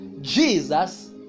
Jesus